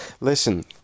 listen